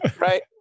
Right